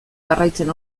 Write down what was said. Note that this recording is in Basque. jarraitzen